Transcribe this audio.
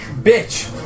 Bitch